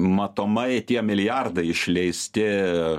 matomai tie milijardai išleisti